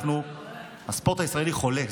כי הספורט הישראלי חולה.